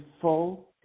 full